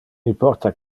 importa